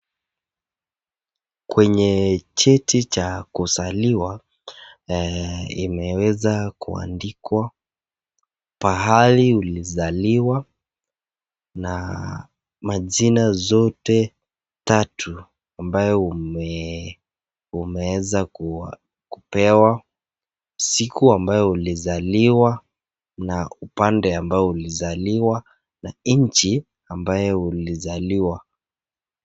Kwenye cheti cha kuzaliwa. Imeweza kuandikwa pahali ulizaliwa na majina zote tatu ambayo umeweza kupewa, siku ambayo ulizaliwa, na upande ambao ulizaliwa na nchi ambayo ulizaliwa.